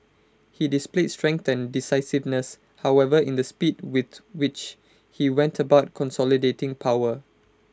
he displayed strength decisiveness however in the speed with which he went about consolidating power